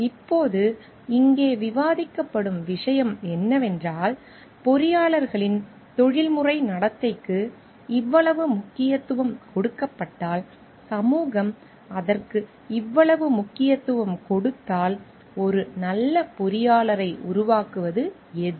இப்போது இங்கே விவாதிக்கப்படும் விஷயம் என்னவென்றால் பொறியாளர்களின் தொழில்முறை நடத்தைக்கு இவ்வளவு முக்கியத்துவம் கொடுக்கப்பட்டால் சமூகம் அதற்கு இவ்வளவு முக்கியத்துவம் கொடுத்தால் ஒரு நல்ல பொறியாளரை உருவாக்குவது எது